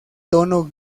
tono